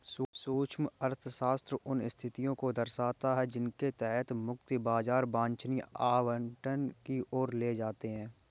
सूक्ष्म अर्थशास्त्र उन स्थितियों को दर्शाता है जिनके तहत मुक्त बाजार वांछनीय आवंटन की ओर ले जाते हैं